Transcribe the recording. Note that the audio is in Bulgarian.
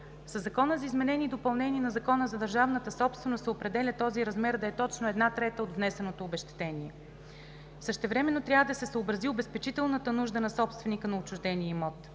Със Закона за изменение и допълнение на Закона за държавната собственост се определя този размер да е точно една трета от внесеното обезщетение. Същевременно трябва да се съобрази обезпечителната нужда на собственика на отчуждения имот.